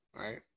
right